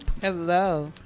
Hello